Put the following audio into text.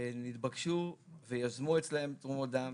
יזמו אצלם תרומות דם